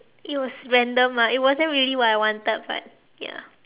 it was random ah it wasn't really what I wanted but ya